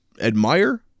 admire